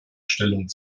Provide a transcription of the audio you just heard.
stellung